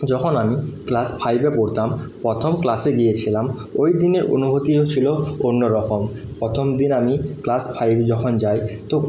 যখন আমি ক্লাস ফাইভে পড়তাম প্রথম ক্লাসে গিয়েছিলাম ওই দিনের অনুভূতিও ছিল অন্যরকম প্রথম দিন আমি ক্লাস ফাইভে যখন যাই তো